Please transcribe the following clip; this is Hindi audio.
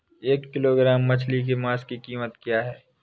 एक किलोग्राम मछली के मांस की कीमत क्या है?